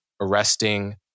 arresting